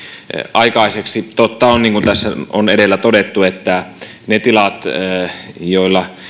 aikaiseksi totta on niin kuin tässä on edellä todettu että tämä ei hyödytä niitä tiloja joilla